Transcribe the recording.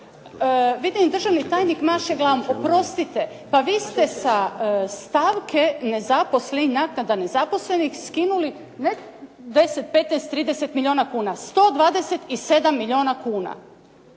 Vidim državni tajnik maše glavom, oprostite, pa vi ste sa stavke nezaposlenja, tada nezaposlenih skinuli ne 10, 15, 30 milijuna kuna, 127 milijuna kuna.